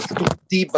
tutti